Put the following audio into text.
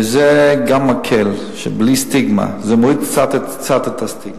וגם זה מקל, מוריד קצת את הסטיגמה.